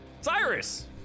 Cyrus